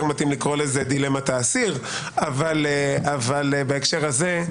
מתאים לקרוא לזה דילמת האסיר בהקשר הזה.